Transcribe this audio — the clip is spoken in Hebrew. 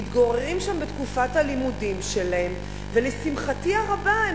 מתגוררים שם בתקופת הלימודים שלהם ולשמחתי הרבה הם